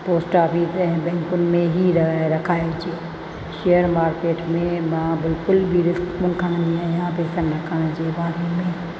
post office ऐं बैंकुनि में ई र रखाइजे शेयर मार्किट में मां बिल्कुलु बि रिस्क न खणंदी आहियां पैसनि रखण जे बारे में